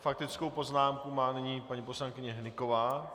Faktickou poznámku má nyní paní poslankyně Hnyková.